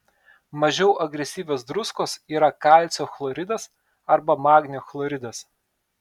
mažiau agresyvios druskos yra kalcio chloridas arba magnio chloridas